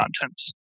contents